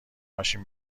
ماشین